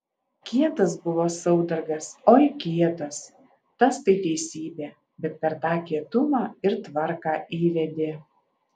kietas buvo saudargas oi kietas tas tai teisybė bet per tą kietumą ir tvarką įvedė